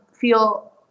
feel